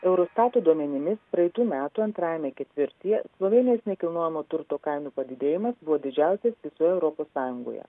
eurostato duomenimis praeitų metų antrajame ketvirtyje slovėnijos nekilnojamo turto kainų padidėjimas buvo didžiausias visoje europos sąjungoje